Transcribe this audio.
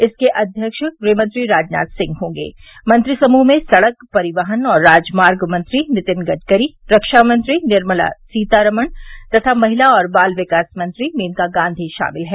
इसके अध्यक्ष गृहमंत्री राजनाथ सिंह होंगे मंत्रि समूह में सड़क परिवहन और राजमार्ग मंत्री नितिन गडकरी रक्षामंत्री निर्मला सीतारमण तथा महिला और बाल विकास मंत्री मेनका गांधी शामिल हैं